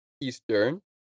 Eastern